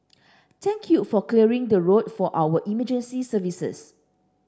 thank you for clearing the road for our emergency services